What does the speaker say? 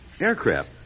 Aircraft